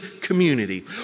community